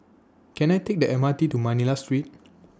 Can I Take The M R T to Manila Street